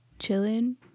chilling